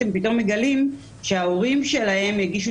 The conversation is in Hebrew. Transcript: הם פתאום מגלים שההורים שלהם הגישו